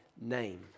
name